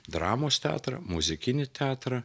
dramos teatrą muzikinį teatrą